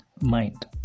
mind